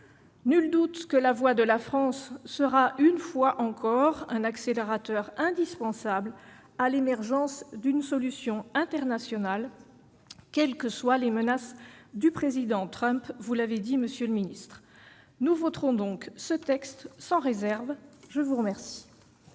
Nul doute que la voix de la France sera une fois encore un accélérateur indispensable à l'émergence d'une solution internationale, quelles que soient les menaces du président Trump, vous l'avez dit, monsieur le ministre. Nous voterons donc en faveur de ce texte sans réserve.